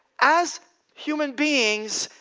as human beings,